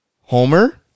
Homer